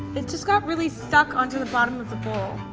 it just got really stuck onto the bottom of the bowl.